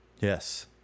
Yes